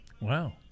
Wow